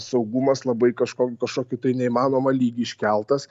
saugumas labai kažko kažkokį tai neįmanomą lygį iškeltas